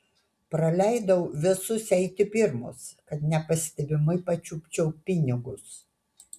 praleidau visus eiti pirmus kad nepastebimai pačiupčiau pinigus